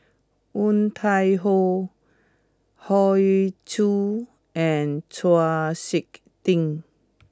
Woon Tai Ho Hoey Choo and Chau Sik Ting